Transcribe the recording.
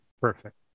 perfect